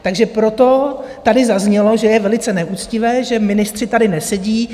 Takže proto tady zaznělo, že je velice neuctivé, že ministři tady nesedí.